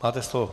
Máte slovo.